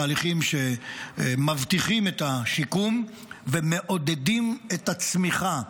בתהליכים שמבטיחים את השיקום ומעודדים את הצמיחה,